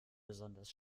besonders